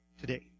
today